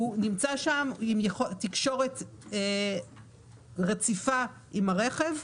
הוא נמצא שם עם תקשורת רציפה עם הרכב,